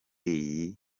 iyi